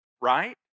right